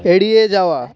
এড়িয়ে যাওয়া